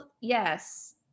yes